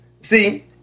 See